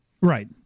Right